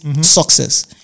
success